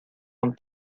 con